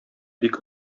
бик